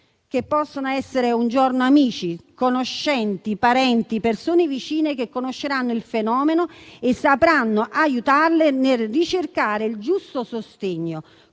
Che possono essere un giorno amici, conoscenti, parenti, persone vicine che conosceranno il fenomeno e sapranno aiutarle nel ricercare il giusto sostegno,